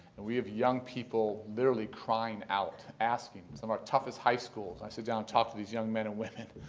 and we have young people literally crying out, asking from our toughest high schools. i sit down and talk to these young men and women.